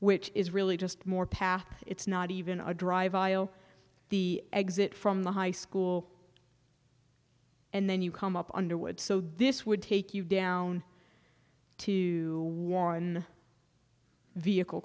which is really just more path it's not even a drive iow the exit from the high school and then you come up underwood so this would take you down to one vehicle